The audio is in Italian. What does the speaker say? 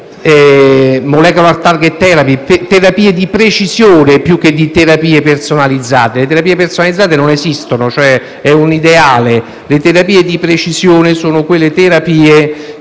di *molecular target therapy*, terapie di precisione più che terapie personalizzate. Le terapie personalizzate non esistono, sono un ideale. Le terapia di precisione sono quelle terapie